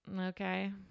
Okay